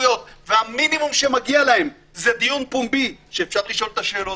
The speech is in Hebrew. והמינימום שמגיע להם זה דיון פומבי שאפשר לשאול את השאלות,